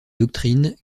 doctrines